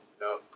no